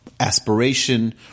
Aspiration